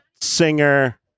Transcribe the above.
singer